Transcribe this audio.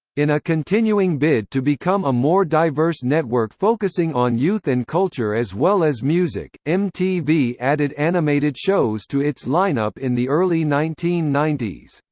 a continuing bid to become a more diverse network focusing on youth and culture as well as music, mtv added animated shows to its lineup in the early nineteen ninety s.